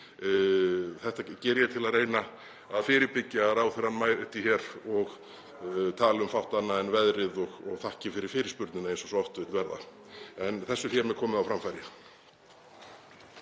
Þetta geri ég til að reyna að fyrirbyggja að ráðherrann mæti hér og tali um fátt annað en veðrið og þakkir fyrir fyrirspurnina eins og svo oft vill verða. En þessu er hér með komið á framfæri.